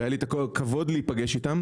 והיה לי הכבוד להיפגש איתה.